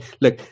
look